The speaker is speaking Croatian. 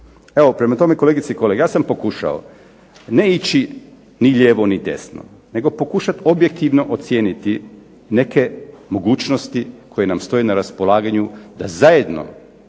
Evo, prema tome kolegice i kolege ja sam pokušao ne ići ni lijevo ni desno nego pokušati objektivno ocijeniti neke mogućnosti koje nam stoje na raspolaganju da zajedno